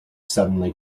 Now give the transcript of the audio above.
suddenly